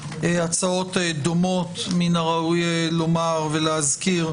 הצעות דומות - מן הראוי לומר ולהזכיר,